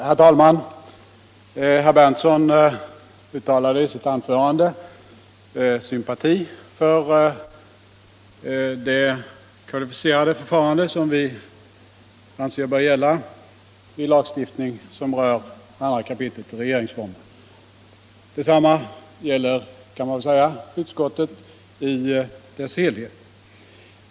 Herr talman! Herr Berndtson uttalade i sitt anförande sympati för det kvalificerade förfarande som vi anser bör tillämpas vid lagstiftning som rör 2 kap. regeringsformen. Man kan säga att detsamma gäller utskottet - i dess helhet.